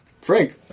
Frank